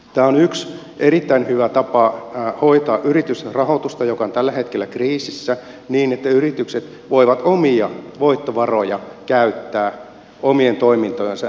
tämä on yksi erittäin hyvä tapa hoitaa yritysrahoitusta joka on tällä hetkellä kriisissä niin että yritykset voivat omia voittovaroja käyttää omien toimintojensa rahoitukseen